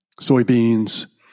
soybeans